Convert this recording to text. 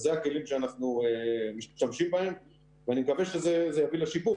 זה הכלים שאנחנו משתמשים בהם ואני מקווה שזה יביא לשיפור